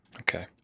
Okay